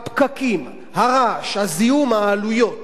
הפקקים, הרעש, הזיהום, העלויות